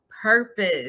purpose